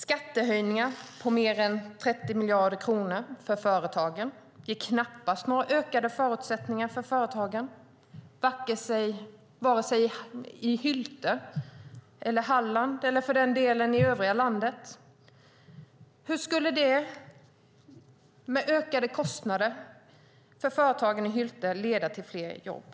Skattehöjningar på mer än 30 miljarder kronor för företagen ger knappast några ökade förutsättningar för företagen vare sig i Hylte eller i Halland eller, för den delen, i övriga landet. Hur skulle ökade kostnader för företagen i Hylte kunna leda till fler jobb?